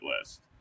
list